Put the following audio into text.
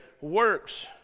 works